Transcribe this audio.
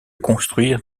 construire